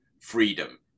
freedom